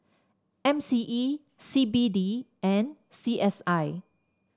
M C E C B D and C S I